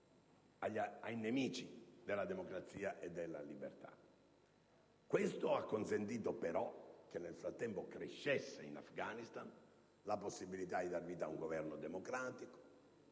dei nemici della democrazia e della libertà. Questo ha consentito, però, che nel frattempo crescesse in Afghanistan la possibilità di dar vita ad un Governo democratico.